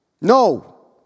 No